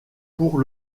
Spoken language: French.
pour